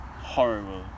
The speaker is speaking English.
horrible